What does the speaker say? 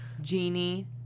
Genie